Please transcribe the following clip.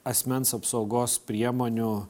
asmens apsaugos priemonių